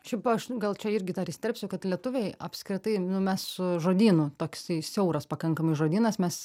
šiaip aš gal čia irgi dar įterpsiu kad lietuviai apskritai nu mes su žodynu toksai siauras pakankamai žodynas mes